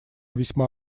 весьма